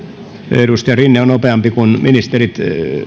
edustaja rinne on nopeampi kuin ministerit